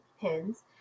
pins